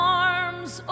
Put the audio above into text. arms